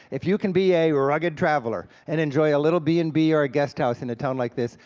if you can be a rugged traveler and enjoy a little b and b or a guest house in a town like this,